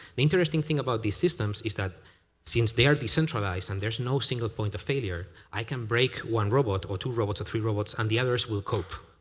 the interesting thing about these systems is that since they are de-centralized and there's no single point of failure, i can break one robot or two robots or three robots, and the others will work.